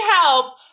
help